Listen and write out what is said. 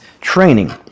training